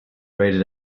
rated